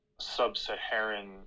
sub-Saharan